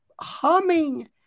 humming